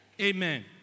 Amen